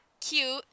cute